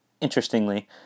interestingly